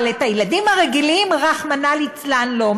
אבל את הילדים הרגילים, רחמנא ליצלן, לא.